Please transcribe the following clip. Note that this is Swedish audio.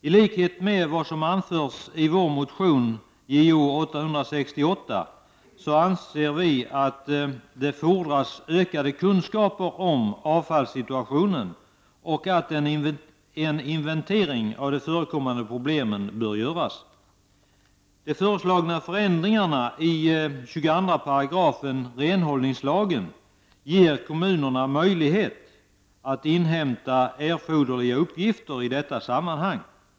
I likhet med vad som anförs i vår motion Jo868 anser vi att det fordras ökade kunskaper om avfallssituationen och att en inventering av de förekommande problemen bör göras. De föreslagna förändringarna i 22 § renhållningslagen ger kommunerna möjlighet att inhämta erforderliga uppgifter i detta sammanhang.